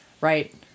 right